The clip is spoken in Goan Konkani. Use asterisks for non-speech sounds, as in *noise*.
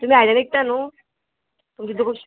तुमी आयदनां विकता न्हू *unintelligible*